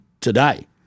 today